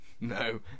No